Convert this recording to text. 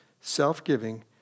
self-giving